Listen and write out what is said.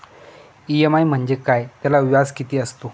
EMI म्हणजे काय? त्याला व्याज किती असतो?